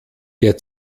der